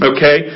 Okay